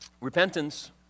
repentance